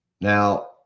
Now